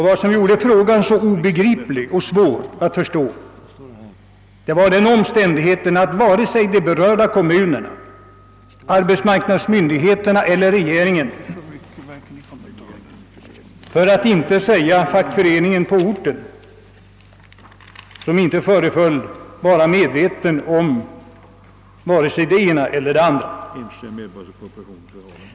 Vad som gjorde frågan så obegriplig och svår att förstå, var den omständigheten, att varken de berörda kommunerna, arbetsmarknadsmyndigheterna eller regeringen, för att inte tala om fackföreningen på orten, inte var informerade om saken.